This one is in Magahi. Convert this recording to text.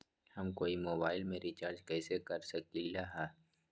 हम कोई मोबाईल में रिचार्ज कईसे कर सकली ह?